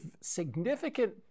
significant